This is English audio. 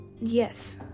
Yes